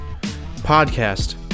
podcast